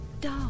dog